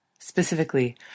Specifically